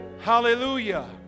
Hallelujah